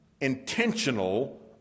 intentional